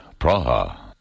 Praha